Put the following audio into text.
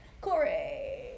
Corey